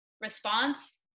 response